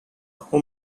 who